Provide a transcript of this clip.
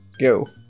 go